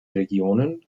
regionen